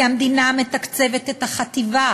כי המדינה מתקצבת את החטיבה